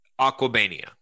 Aquabania